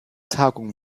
tagung